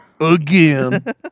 again